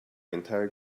entire